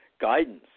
guidance